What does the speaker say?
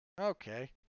Okay